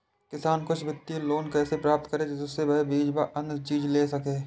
किसान कुछ वित्तीय लोन कैसे प्राप्त करें जिससे वह बीज व अन्य चीज ले सके?